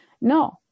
no